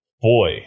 boy